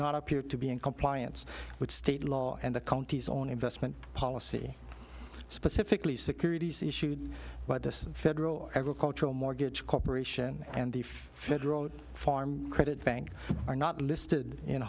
not appear to be in compliance with state law and the counties on investment policy specifically securities issued by the federal agricultural mortgage corporation and if federal farm credit bank are not listed in